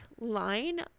line